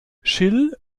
schill